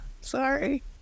Sorry